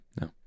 No